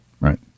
Right